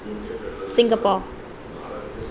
Singapore